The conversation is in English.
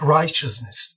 righteousness